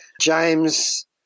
James